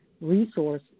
resource